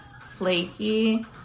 flaky